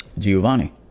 Giovanni